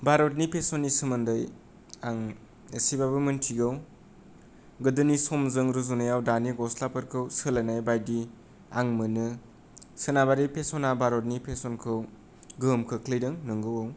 भारतनि फेसननि सोमोनदै आं एसेबाबो मिथिगौ गोदोनि संमजों रुजुनायाव दानि गस्लाफोरखौ सोलायनाय बादि आं मोनो सोनाबारि फेसना भारतारि फेसनखौ गोहोम खोख्लैदों नोंगौ